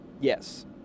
Yes